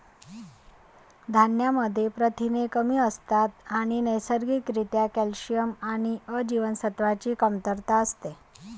धान्यांमध्ये प्रथिने कमी असतात आणि नैसर्गिक रित्या कॅल्शियम आणि अ जीवनसत्वाची कमतरता असते